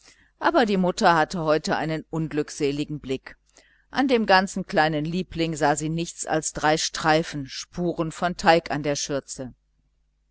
aber die mutter hatte heute einen unglückseligen blick an dem ganzen kleinen liebling sah sie nichts als drei streifen spuren von teig an der schürze